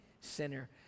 sinner